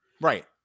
Right